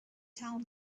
town